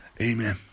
Amen